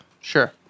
Sure